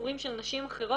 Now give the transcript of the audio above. מסיפורים של נשים אחרות,